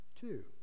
two